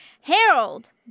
Harold